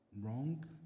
wrong